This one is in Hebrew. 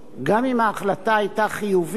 שגם אם ההחלטה היתה חיובית